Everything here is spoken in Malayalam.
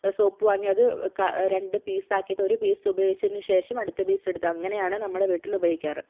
സോപ്പ് വാങ്ങി അത് രണ്ട് പീസാക്കിയിട്ട് ഒരു പീസ് ഉപയോഗിച്ചതിന് ശേഷം അടുത്ത പീസ് എടുത്ത് അങ്ങനെയാണ് നമ്മുടെ വീട്ടിൽ ഉപയോഗിക്കാറ്